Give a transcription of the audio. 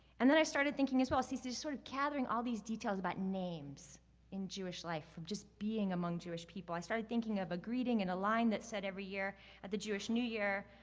and then i started thinking as well. see, so just sort of gathering all these details about names in jewish life, from just being among jewish people, i started thinking of a greeting in a line that's said every year at the jewish new year.